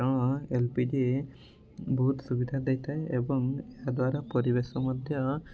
କାରଣ L P G ବହୁତ ସୁବିଧା ଦେଇଥାଏ ଏବଂ ତାଦ୍ଵାରା ପରିବେଶ ମଧ୍ୟ